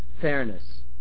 fairness